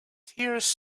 tears